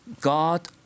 God